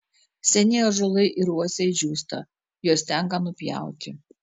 seni ąžuolai ir uosiai džiūsta juos tenka nupjauti